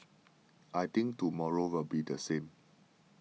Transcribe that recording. I think tomorrow will be the same